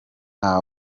nta